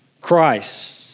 Christ